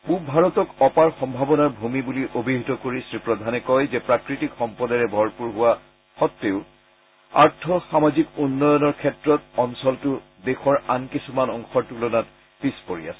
পূব ভাৰতক অপাৰ সম্ভাৱনাৰ ভূমি বুলি অভিহিত কৰি শ্ৰী প্ৰধানে কয় যে প্ৰাকৃতিক সম্পদেৰে ভৰপূৰ হোৱা সত্বেও আৰ্থ সামাজিক উন্নয়নৰ ক্ষেত্ৰত অঞ্চলটো দেশৰ আন কিছুমান অংশৰ তুলনাত পিছ পৰি আছে